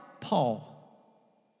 Paul